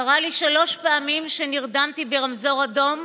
קרה לי שלוש פעמים שנרדמתי ברמזור אדום,